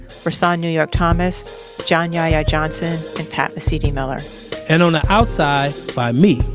rahsaan new york, thomas john yahya johnson and pat mesiti-miller and on the outside by me,